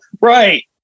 Right